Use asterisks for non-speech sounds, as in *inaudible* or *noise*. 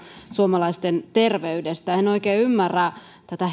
suomalaisten terveydestä en oikein ymmärrä tätä *unintelligible*